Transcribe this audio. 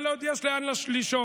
אבל יש עוד לאן לשאוף,